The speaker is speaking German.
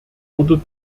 oder